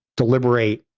deliberate,